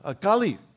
Kali